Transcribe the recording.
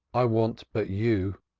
i want but you.